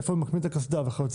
איפה ממקמים את הקסדה,